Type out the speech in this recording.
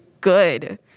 good